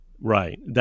right